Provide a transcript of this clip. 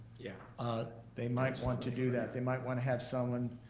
yeah ah they might want to do that. they might wanna have someone